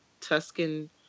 Tuscan